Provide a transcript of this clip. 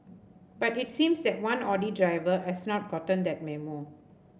but it seems that one Audi driver has not gotten that memo